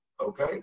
Okay